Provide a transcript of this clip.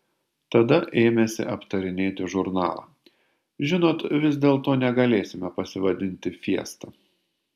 tada ėmėsi aptarinėti žurnalą žinot vis dėlto negalėsime pasivadinti fiesta